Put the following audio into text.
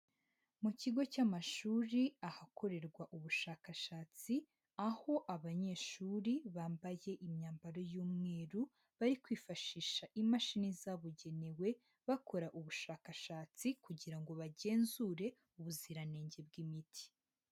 Mu kigo cy'amashuri ahakorerwa ubushakashatsi, aho abanyeshuri bambaye imyambaro y'umweru, bari kwifashisha imashini zabugenewe bakora ubushakashatsi, kugira ngo bagenzure ubuziranenge bw'imiti.